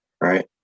right